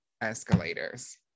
escalators